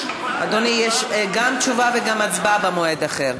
אדוני, גם תשובה וגם הצבעה במועד אחר.